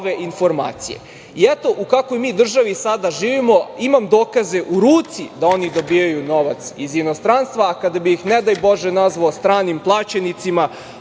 Eto u kakvoj mi državi sada živimo. Imam dokaze u ruci da oni dobijaju novac iz inostranstva, a kada bi ih, ne daj Bože, nazvao stranim plaćenicima,